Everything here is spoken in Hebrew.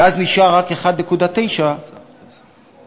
ואז נשארו רק 1.9 מיליארד.